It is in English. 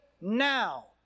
now